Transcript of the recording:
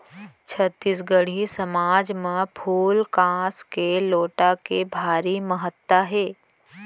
छत्तीसगढ़ी समाज म फूल कांस के लोटा के भारी महत्ता हे